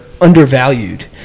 undervalued